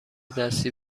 دستی